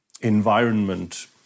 environment